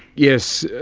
yes,